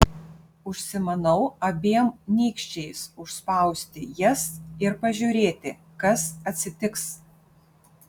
užsimanau abiem nykščiais užspausti jas ir pažiūrėti kas atsitiks